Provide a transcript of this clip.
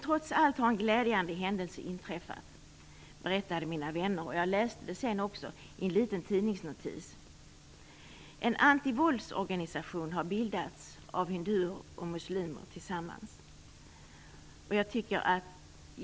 Trots allt har en glädjande händelse inträffat, berättade mina vänner. Jag läste det sedan också i en liten tidningsnotis. En antivåldsorganisation har bildats av hinduer och muslimer tillsammans.